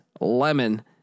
lemon